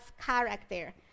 character